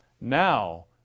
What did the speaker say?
Now